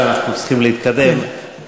מכיוון שאנחנו צריכים להתקדם,